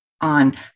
on